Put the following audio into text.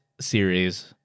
series